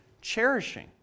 cherishing